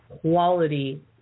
quality